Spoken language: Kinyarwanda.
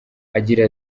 agira